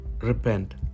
Repent